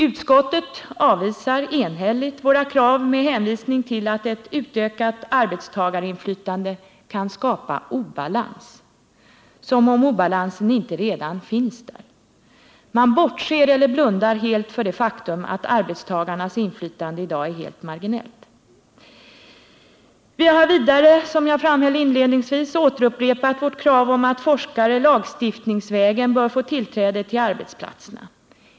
Utskottet avvisar vårt krav med hänvisning till att ett utökat arbetstagarinflytande kan skapa obalans. Som om obalansen inte redan finns där! Man bortser från eller blundar helt för det faktum att arbetstagarnas inflytande i dag är helt marginellt. Vi har vidare, som jag framhöll inledningsvis, återupprepat vårt krav om att forskare lagstiftningsvägen bör få tillträde till arbetsplatserna.